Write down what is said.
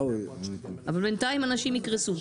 אבל בינתיים אנשים יקרסו.